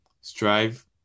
strive